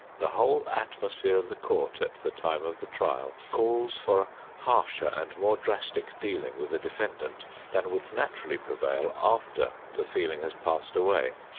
the whole atmosphere of the court at the time of the trial calls for a harsher and more drastic dealing with a defendant than would naturally prevail after the feeling has passed away.